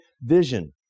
Vision